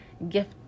gift